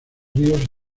ríos